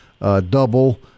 double